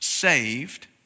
Saved